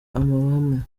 amahame